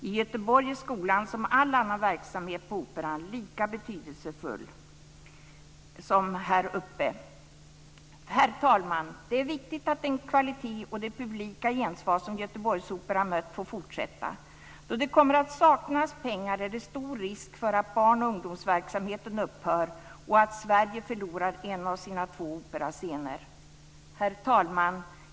I Göteborg är skolan - som all annan verksamhet på operan - lika betydelsefull som balettskolan här uppe. Herr talman! Det är viktigt att den kvalitet och det publika gensvar som Göteborgsoperan mött får en fortsättning. Då det kommer att saknas pengar är det stor risk för att barn och ungdomsverksamheten upphör och att Sverige förlorar en av sina två operascener. Herr talman!